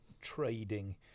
trading